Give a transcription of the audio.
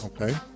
Okay